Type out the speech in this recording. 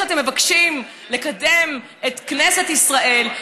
שאתם מבקשים לקדם את כנסת ישראל,